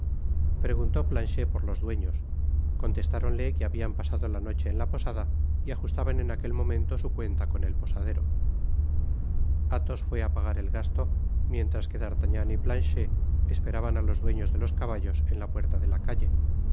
preguntó planchet por los dueños contestáronle que habian pasado la noche en la posada y ajustaban en aquel momento su cuenta con el posadero athos fué á pagar el gasto mientras que d'artagnan y planchet esperaban á los dueños de los caballos en la puerta de la calle